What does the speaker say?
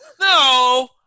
no